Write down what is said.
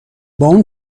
اون